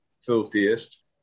filthiest